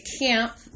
camp